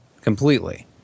completely